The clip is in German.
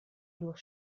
durch